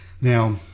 Now